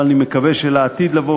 אבל אני מקווה שלעתיד לבוא,